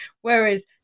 whereas